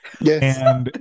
Yes